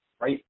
right